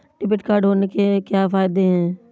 Debit card होने के क्या फायदे हैं?